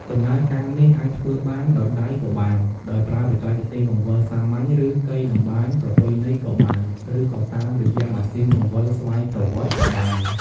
ដំណើរការនេះអាចធ្វើបាន ដោយដៃក៏បាន ដោយប្រើបច្ចេកទេសបង្វិលសាមញ្ញ ឬកីតម្បាញប្រពៃណីក៏បាន ឬក៏តាមរយៈម៉ាស៊ីនបង្វិលស្វ័យប្រវត្តិក៏បាន។